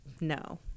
No